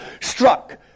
struck